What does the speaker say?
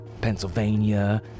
Pennsylvania